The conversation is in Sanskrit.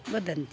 वदन्ति